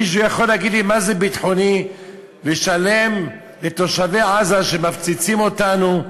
מישהו יכול להגיד לי למה זה ביטחוני לשלם לתושבי עזה שמפציצים אותנו,